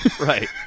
right